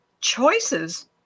choices